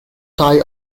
tai